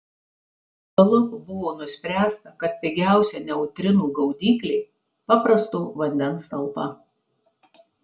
galop buvo nuspręsta kad pigiausia neutrinų gaudyklė paprasto vandens talpa